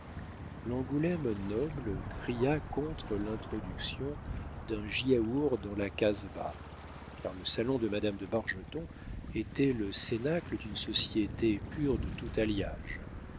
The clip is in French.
l'angoulême noble cria contre l'introduction d'un giaour dans la casba car le salon de madame de bargeton était le cénacle d'une société pure de tout alliage